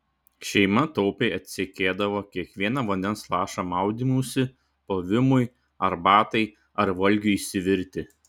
šeima taupiai atseikėdavo kiekvieną vandens lašą maudymuisi plovimui arbatai ar valgiui išsivirti